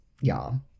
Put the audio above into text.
y'all